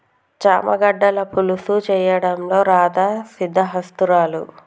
చామ గడ్డల పులుసు చేయడంలో రాధా సిద్దహస్తురాలు